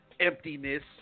emptiness